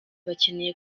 bakeneye